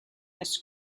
this